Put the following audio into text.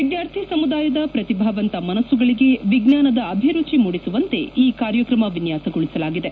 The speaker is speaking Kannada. ವಿದ್ಯಾರ್ಥಿ ಸಮುದಾಯದ ಪ್ರತಿಭಾವಂತ ಮನಸ್ಸುಗಳಿಗೆ ವಿಜ್ಞಾನದ ಅಭಿರುಚಿ ಮೂಡಿಸುವಂತೆ ಈ ಕಾರ್ಯಕ್ರಮ ವಿನ್ಲಾಸಗೊಳಿಸಲಾಗಿದೆ